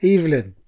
Evelyn